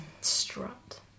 strut